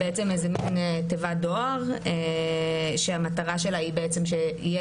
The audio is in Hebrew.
זו בעצם מין תיבת דואר, שהמטרה שלה היא שיהיו